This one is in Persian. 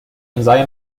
امضای